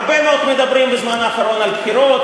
מדברים הרבה מאוד בזמן האחרון על בחירות,